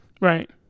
Right